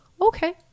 Okay